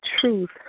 truth